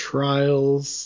Trials